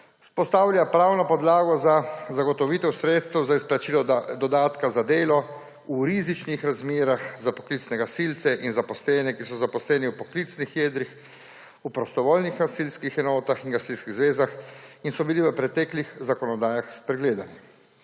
vzpostavlja pravno podlago za zagotovitev sredstev za izplačilo dodatka za delo v rizičnih razmerah za poklicne gasilce in zaposlene, ki so zaposleni v poklicnih jedrih v prostovoljnih gasilskih enotah in gasilskih zvezah in so bili v preteklih zakonodajah spregledani.